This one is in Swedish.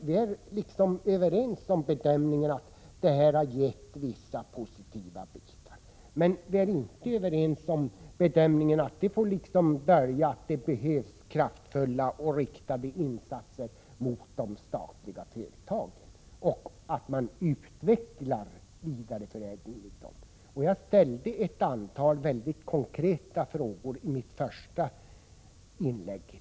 Vi är överens om bedömningen att det har blivit vissa positiva resultat, men vi är inte överens om bedömningen att detta får dölja att det behövs kraftfulla och riktade insatser mot de statliga företagen samt att man skall utveckla vidareförädlingen. Jag ställde ett antal mycket konkreta frågor i mitt första inlägg.